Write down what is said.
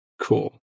Cool